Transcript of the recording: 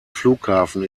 flughafen